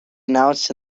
announced